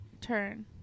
turn